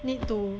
need to